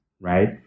right